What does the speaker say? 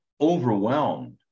overwhelmed